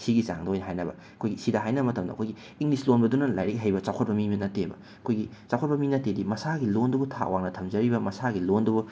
ꯁꯤꯒꯤ ꯆꯥꯡꯗ ꯑꯣꯏꯅ ꯍꯥꯏꯅꯕ ꯑꯩꯈꯣꯏꯒꯤ ꯁꯤꯗ ꯍꯥꯏꯅꯕ ꯃꯇꯝꯗ ꯑꯩꯈꯣꯏꯒꯤ ꯏꯪꯂꯤꯁ ꯂꯣꯟꯕꯗꯨꯅ ꯂꯥꯏꯔꯤꯛ ꯍꯩꯕ ꯆꯥꯎꯈꯠꯄ ꯃꯤ ꯅꯠꯇꯦꯕ ꯑꯩꯈꯣꯏꯒꯤ ꯆꯥꯎꯈꯠꯄ ꯃꯤ ꯅꯠꯇꯦꯗꯤ ꯃꯁꯥꯒꯤ ꯂꯣꯟꯗꯨꯕꯨ ꯊꯥꯛ ꯋꯥꯡꯅ ꯊꯝꯖꯔꯤꯕ ꯃꯁꯥꯒꯤ ꯂꯣꯟꯗꯨꯕꯨ